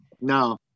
No